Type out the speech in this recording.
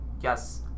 yes